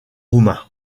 roumains